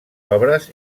obres